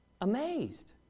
Amazed